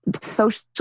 social